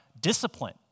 discipline